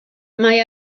mae